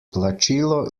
plačilo